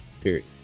period